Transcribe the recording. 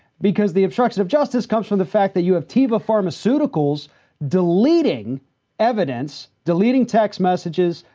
because the obstruction of justice comes from the fact that you have teva pharmaceuticals deleting evidence, deleting text messages,